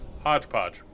Hodgepodge